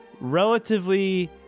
relatively